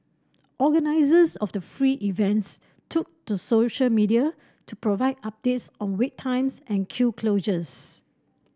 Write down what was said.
organisers of the free events took to social media to provide updates on wait times and queue closures